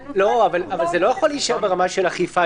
אבל זה לא יכול להישאר ברמה של אכיפה.